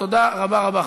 תודה רבה-רבה.